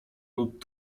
lub